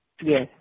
Yes